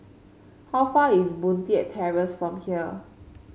how far away is Boon Leat Terrace from here